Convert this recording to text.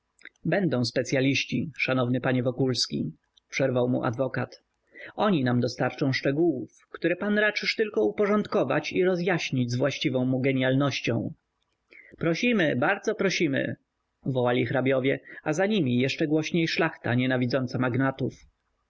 będą specyaliści szanowny panie wokulski przerwał mu adwokat oni nam dostarczą szczegółów które pan raczysz tylko uporządkować i rozjaśnić z właściwą mu genialnością prosimy bardzo prosimy wołali hrabiowie a za nimi jeszcze głośniej szlachta nienawidząca magnatów